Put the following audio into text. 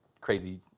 crazy